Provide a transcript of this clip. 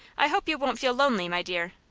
i hope you won't feel lonely, my dear.